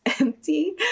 empty